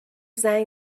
زنگ